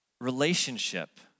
relationship